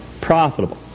profitable